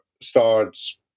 starts